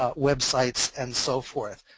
ah websites and so forth.